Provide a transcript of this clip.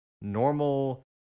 normal